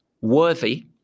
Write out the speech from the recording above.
worthy